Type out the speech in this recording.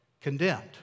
condemned